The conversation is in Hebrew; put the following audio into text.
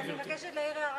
אני מבקשת להעיר הערה,